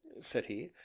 said he,